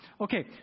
Okay